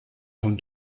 vom